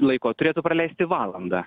laiko turėtų praleisti valandą